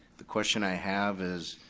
the question i have is,